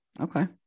Okay